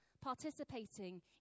participating